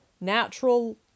natural